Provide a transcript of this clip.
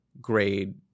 grade